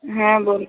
হ্যাঁ বল